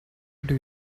did